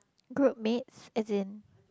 group mates as in